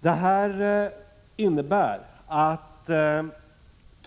Det innebär att